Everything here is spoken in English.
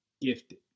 gifted